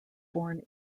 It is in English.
born